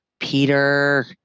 Peter